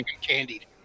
candied